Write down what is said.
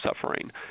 suffering